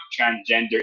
transgender